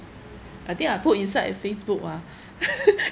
I think I put inside Facebook ah